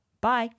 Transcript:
Bye